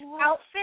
outfit